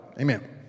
Amen